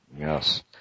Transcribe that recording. yes